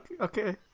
Okay